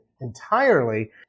entirely